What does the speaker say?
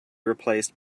replaced